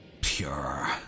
pure